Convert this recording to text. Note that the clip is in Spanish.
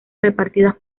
repartidas